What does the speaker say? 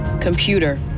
Computer